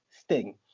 Sting